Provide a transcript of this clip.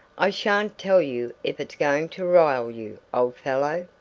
i shan't tell you if it's going to rile you, old fellow,